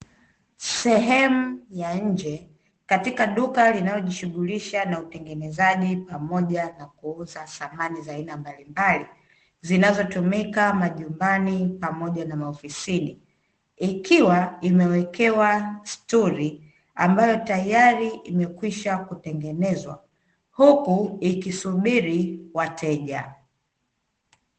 Sehemu ya nje katika duka linalojishughulisha na utengenezaji pamoja na kuuza samani za aina mbalimbali, zinazotumika majumbani pamoja na maofisini. Ikiwa imewekewa stuli ambayo tayari imekwisha kutengenezwa, huku ikisubiri wateja.